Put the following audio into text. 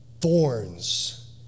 thorns